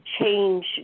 change